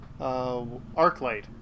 Arclight